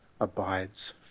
abides